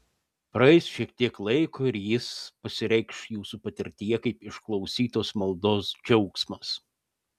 praeis šiek tiek laiko ir jis pasireikš jūsų patirtyje kaip išklausytos maldos džiaugsmas